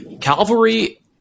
Calvary